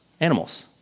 Animals